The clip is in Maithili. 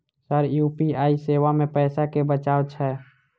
सर यु.पी.आई सेवा मे पैसा केँ बचाब छैय?